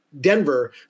Denver